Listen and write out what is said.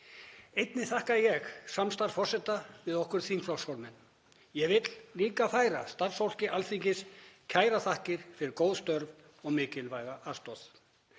Einnig þakka ég samstarf forseta við okkur þingflokksformenn. Ég vil einnig færa starfsfólki Alþingis kærar þakkir fyrir góð störf og mikilvæga aðstoð.